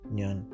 Nyan